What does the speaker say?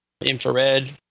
infrared